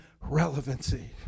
relevancy